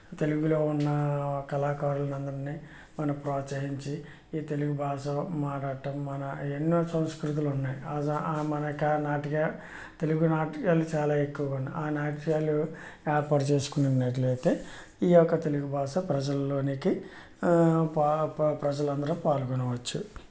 తెలుగులో ఉన్న కళాకారులు అందరినీ మనం ప్రోత్సహించి ఈ తెలుగు భాష మాట్లాడడం మన ఎన్నో సంస్కృతులు ఉన్నాయి ఆ మన నాటిక తెలుగు నాటకాలు చాలా ఎక్కువగా ఉన్నాయి ఆ నాటకాలు ఏర్పాటు చేసుకున్నట్లయితే ఈ యొక్క తెలుగు భాష ప్రజలల్లోనికి ప ప్రజలు అందరూ పాల్గొనవచ్చు